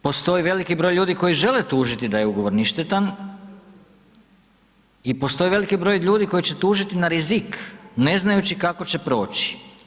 Postoje veliki broj ljudi koji žele tužiti da je ugovor ništetan i postoji veliki broj ljudi koji će tužiti na rizik ne znajući kako će proći.